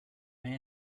may